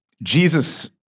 Jesus